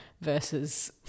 versus